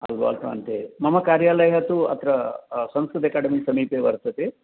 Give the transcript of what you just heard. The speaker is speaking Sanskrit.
अल्वाल् प्रान्ते मम कार्यालयः तु अत्र संस्कृत अकेडमी समीपे वर्तते